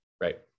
Right